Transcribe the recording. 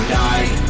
die